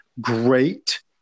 great –